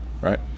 right